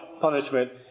punishment